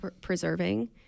preserving